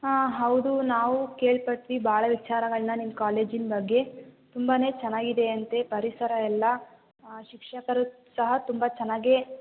ಆಂ ಹೌದು ನಾವೂ ಕೇಳ್ಪಟ್ವಿ ಭಾಳ ವಿಚಾರಗಳನ್ನ ನಿಮ್ಮ ಕಾಲೇಜಿನ ಬಗ್ಗೆ ತುಂಬ ಚೆನ್ನಾಗಿದೆ ಅಂತೆ ಪರಿಸರ ಎಲ್ಲ ಆಂ ಶಿಕ್ಷಕರು ಸಹ ತುಂಬ ಚೆನ್ನಾಗೇ